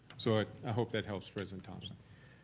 so i i hope that helps president thomson.